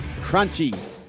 Crunchy